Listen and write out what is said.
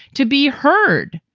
to be heard.